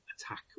attack